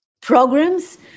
programs